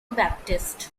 baptist